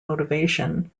motivation